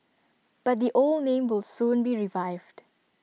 but the old name will soon be revived